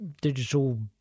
digital